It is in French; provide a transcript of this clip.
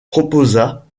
proposa